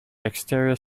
exterior